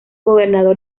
gobernador